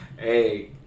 Hey